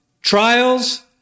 trials